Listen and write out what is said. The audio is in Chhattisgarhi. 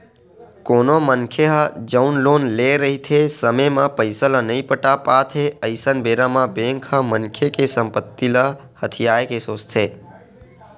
कोनो मनखे ह जउन लोन लेए रहिथे समे म पइसा ल नइ पटा पात हे अइसन बेरा म बेंक ह मनखे के संपत्ति ल हथियाये के सोचथे